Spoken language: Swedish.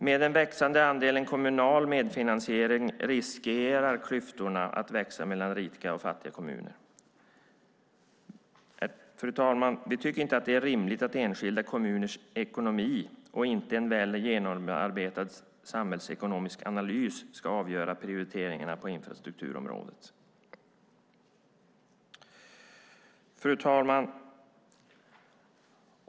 Med en växande andel kommunal medfinansiering riskerar klyftorna mellan rika och fattiga kommuner att växa. Fru talman! Vi tycker inte att det är rimligt att enskilda kommuners ekonomi och inte en väl genomarbetad samhällsekonomisk analys ska avgöra prioriteringarna på infrastrukturområdet. Fru talman!